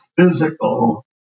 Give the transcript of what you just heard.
physical